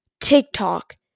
TikTok